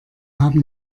haben